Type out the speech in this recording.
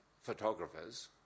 photographers